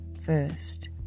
first